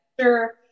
sure